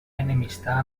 enemistar